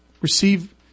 receive